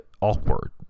awkward